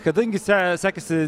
kadangi se sekėsi